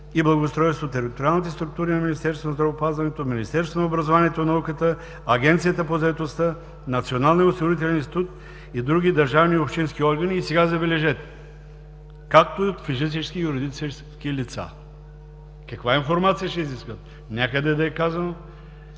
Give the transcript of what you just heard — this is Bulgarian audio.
и благоустройството, териториалните структури на Министерството на здравеопазването, Министерството на образованието и науката, Агенцията по заетостта, Националния осигурителен институт и други държавни и общински органи“, и сега забележете,“ както и от физически и юридически лица? Каква информация ще изискват? Някъде да е казано?